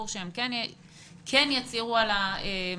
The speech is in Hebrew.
אוספים אותו בשינוע - פיקוד העורף אחראי גם על השינוע עד